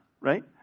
Right